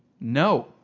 No